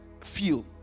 feel